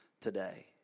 today